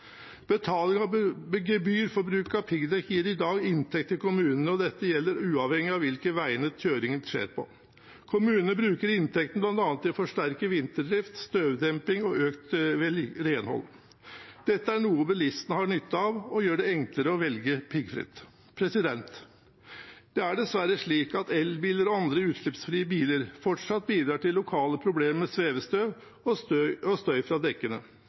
gebyr for bruk av piggdekk gir i dag inntekt til kommunene, og dette gjelder uavhengig av hvilke veinett kjøringen skjer på. Kommunene bruker inntekten bl.a. til å forsterke vinterdrift, støvdemping og økt renhold. Dette er noe bilistene har nytte av og gjør det enklere å velge piggfritt. Det er dessverre slik at elbiler og andre utslippsfrie biler fortsatt bidrar til lokale problemer med svevestøv og støy fra dekkene.